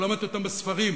לא למדת אותם בספרים.